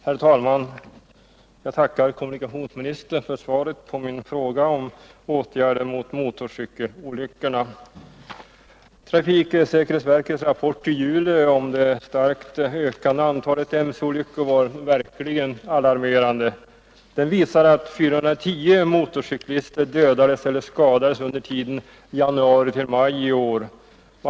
Herr talman! Jag tackar kommunikationsministern för svaret på min fråga om åtgärder mot motorcykelolyckorna. Trafiksäkerhetsverkets rapport i juli om det starkt ökande antalet motorcykelolyckor var verkligen alarmerande. Den visade att 410 motorcyklister dödades eller skadades under tiden januari-maj i år.